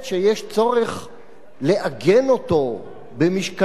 לעגן אותו במשקלות של חוק-יסוד,